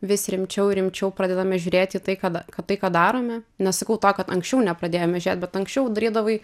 vis rimčiau ir rimčiau pradedame žiūrėti į tai ką d ka tai ką darome nesakau to kad anksčiau nepradėjome žiūrėt bet anksčiau darydavai